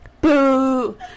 Boo